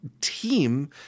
Team